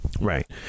Right